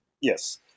Yes